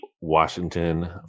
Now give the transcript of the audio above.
Washington